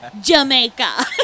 jamaica